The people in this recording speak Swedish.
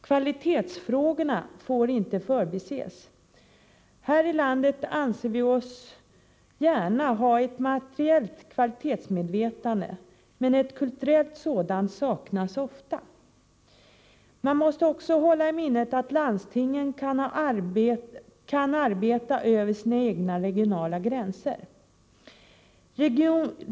Kvalitetsfrågorna får inte förbises, här i landet anser vi ju oss gärna ha ett materiellt kvalitetsmedvetande, men ett kulturellt sådant saknas ofta. Man måste också hålla i minnet att landstingen kan arbeta över sina egna regionala gränser.